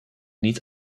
niet